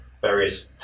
Various